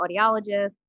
audiologist